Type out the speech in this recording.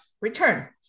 return